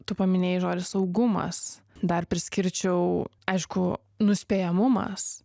tu paminėjai žodį saugumas dar priskirčiau aišku nuspėjamumas